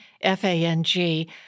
F-A-N-G